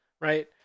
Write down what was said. Right